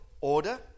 order